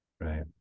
Right